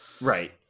right